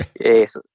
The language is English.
Yes